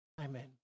Amen